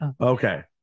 okay